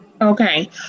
Okay